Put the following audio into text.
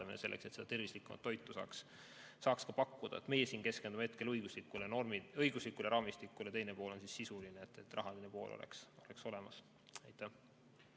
selleks et saaks tervislikumat toitu pakkuda. Meie siin keskendume hetkel õiguslikule raamistikule, teine pool on sisuline, see, et rahaline pool oleks olemas. Aitäh!